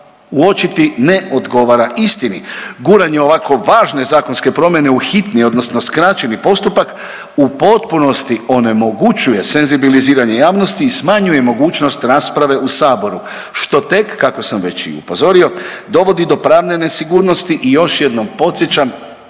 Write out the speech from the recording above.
uočiti, ne odgovara istini. Guranje ovako važne zakonske promjene u hitni odnosno skraćeni postupak u potpunosti onemogućuje senzibiliziranje javnosti i smanjuje mogućnost rasprave u Saboru što tek kako sam već i upozorio dovodi do pravne nesigurnosti i još jednom podsjećam